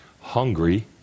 hungry